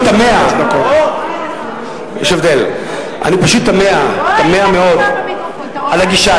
פשוט תמה, תמה מאוד על הגישה.